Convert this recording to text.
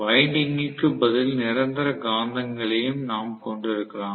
வைண்டிங்குக்கு பதில் நிரந்தர காந்தங்களையும் நாம் கொண்டிருக்கலாம்